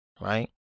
right